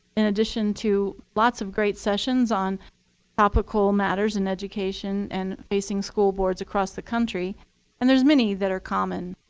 in addition to lots of great sessions on topical matters in education and facing school boards across the country and there's many that are common,